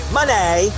Money